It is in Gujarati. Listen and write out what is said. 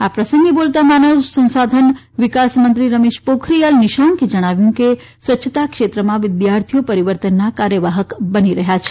આ પ્રસંગે બોલતાં માનવ સંશાધન વિકાસ મંત્રી રમેશ પોખરીયાલ નીશંકે જણાવ્યું હતું કે સ્વચ્છતા ક્ષેત્રમાં વિદ્યાર્થીઓ પરીવર્તનના કાર્યવાહક બની રહયાં છે